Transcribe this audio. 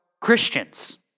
Christians